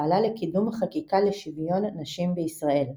פעלה לקידום חקיקה לשוויון נשים בישראל.